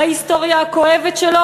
בהיסטוריה הכואבת שלנו,